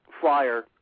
flyer